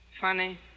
Funny